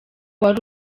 wari